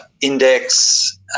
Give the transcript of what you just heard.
Index